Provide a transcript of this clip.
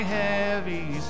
heavy